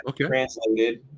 translated